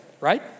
right